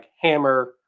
hammer